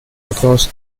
across